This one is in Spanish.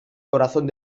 corazón